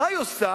מה היא עושה?